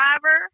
driver